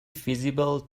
feasible